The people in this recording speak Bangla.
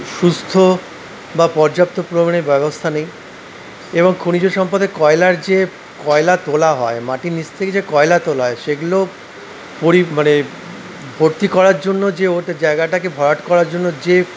সুস্থ বা পর্যাপ্ত পরিমানে ব্যবস্থা নেই এবং খনিজ সম্পদের কয়লার যে কয়লা তোলা হয় মাটির নিচ থেকে যে কয়লা তোলা হয় সেগুলো পরি মানে ভর্তি করার জন্য যে ওই জায়গাটাকে ভরাট করার জন্য যে